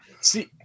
See